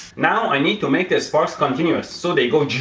now, i need to make the sparks continuous, so they go jzzzzz!